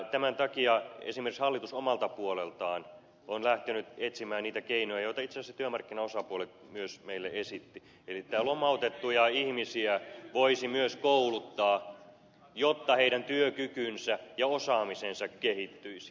tämän takia esimerkiksi hallitus omalta puoleltaan on lähtenyt etsimään niitä keinoja joita itse asiassa työmarkkinaosapuolet myös meille esittivät eli lomautettuja ihmisiä voisi myös kouluttaa jotta heidän työkykynsä ja osaamisensa kehittyisi